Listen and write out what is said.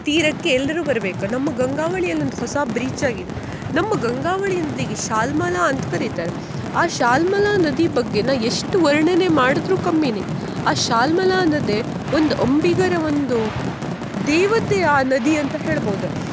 ತೀರಕ್ಕೆ ಎಲ್ಲರೂ ಬರಬೇಕು ನಮ್ಮ ಗಂಗಾವಳಿಯಲ್ಲಿ ಒಂದು ಹೊಸ ಬ್ರಿಜ್ ಆಗಿದೆ ನಮ್ಮ ಗಂಗಾವಳಿ ನದಿಗೆ ಶಾಲ್ಮಲಾ ಅಂತ ಕರಿತಾರೆ ಆ ಶಾಲ್ಮಲಾ ನದಿ ಬಗ್ಗೆ ನಾ ಎಷ್ಟು ವರ್ಣನೆ ಮಾಡಿದ್ರೂ ಕಮ್ಮಿಯೇ ಆ ಶಾಲ್ಮಲಾ ನದಿ ಒಂದು ಅಂಬಿಗರ ಒಂದು ದೇವತೆ ಆ ನದಿ ಅಂತ ಹೇಳ್ಬೋದು